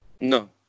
No